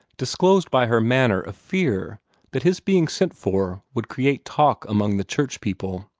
disclosed by her manner a fear that his being sent for would create talk among the church people.